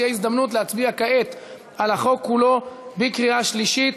תהיה הזדמנות להצביע כעת על החוק כולו בקריאה שלישית.